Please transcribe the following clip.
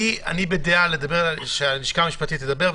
אני בדעה שהלשכה המשפטית תדבר,